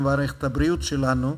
במערכת הבריאות שלנו,